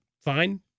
fine